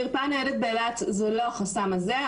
מרפאה ניידת באילת זה לא החסם הזה.